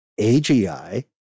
AGI